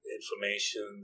information